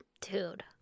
Dude